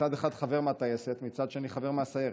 מצד אחד חבר מהטייסת, מצד שני חבר מהסיירת.